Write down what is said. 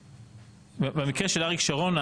במקרה של אריק שרון,